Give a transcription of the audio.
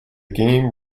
game